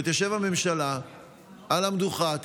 שתשב הממשלה על המדוכה,